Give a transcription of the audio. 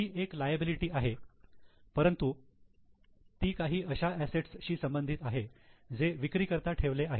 ही एक लायबिलिटी आहे परंतु ती काही अशा असेट्स शी संबंधित आहे जे विक्रीकरिता ठेवले आहेत